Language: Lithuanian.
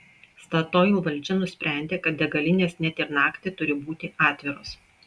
statoil valdžia nusprendė kad degalinės net ir naktį turi būti atviros